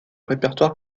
répertoire